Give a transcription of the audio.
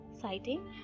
citing